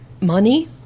Money